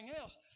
else